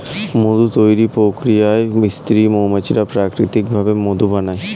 মধু তৈরির প্রক্রিয়ায় স্ত্রী মৌমাছিরা প্রাকৃতিক ভাবে মধু বানায়